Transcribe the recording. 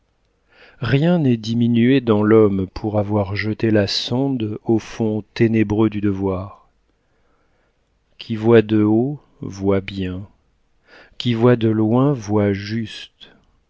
rien n'est diminué dans l'homme pour avoir jeté la sonde au fond ténébreux du devoir qui voit de haut voit bien qui voit de loin voit juste